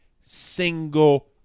single